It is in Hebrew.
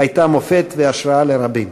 הייתה מופת והשראה לרבים.